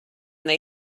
they